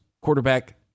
quarterback